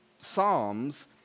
Psalms